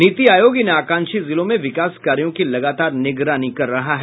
नीति आयोग इन आकांक्षी जिलों में विकास कार्यों की लगातार निगरानी कर रहा है